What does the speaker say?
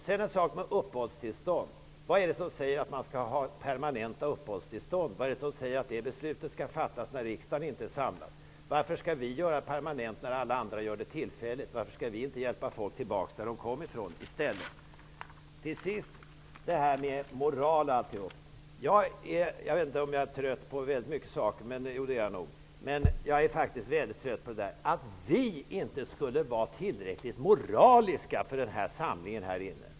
Sedan en sak vad gäller uppehållstillstånd. Vad är det som säger att man skall ha permanenta uppehållstillstånd? Vad är det som säger att ett sådant beslut skall fattas när riksdagen inte är samlad? Varför skall vi göra detta permanent när alla andra gör det tillfälligt? Varför skall vi inte i stället hjälpa människor tillbaka till den plats som de kom från? Till sist några ord om det här med moral osv. Jag är nog väldigt trött på väldigt många saker, och jag är faktiskt väldigt trött på att höra att vi inte skulle vara tillräckligt moraliska för den här samlingen.